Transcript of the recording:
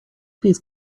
these